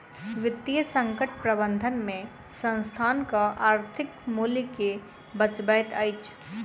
वित्तीय संकट प्रबंधन में संस्थानक आर्थिक मूल्य के बचबैत अछि